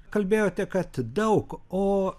kalbėjote kad daug o